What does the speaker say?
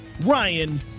Ryan